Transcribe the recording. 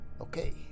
okay